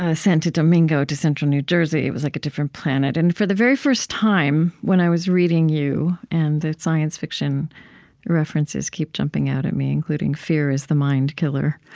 ah santo domingo to central new jersey it was like a different planet. and for the very first time, when i was reading you, and the science fiction references keep jumping out at me, including fear is the mind-killer,